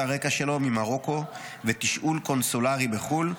הרקע שלו ממרוקו ותשאול קונסולרי בחו"ל,